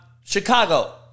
Chicago